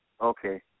Okay